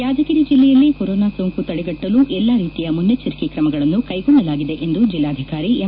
ಯಾದಗಿರಿ ಜಿಲ್ಲೆಯಲ್ಲಿ ಕೊರೊನಾ ಸೋಂಕು ತಡೆಗಟ್ಟಲು ಎಲ್ಲಾ ರೀತಿಯ ಮುನ್ನೆಚ್ಚರಿಕೆ ಕ್ರಮಗಳನ್ನು ಕೈಗೊಳ್ಳಲಾಗಿದೆ ಎಂದು ಜಿಲ್ಲಾಧಿಕಾರಿ ಎಂ